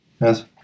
Yes